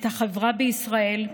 את החברה בישראל,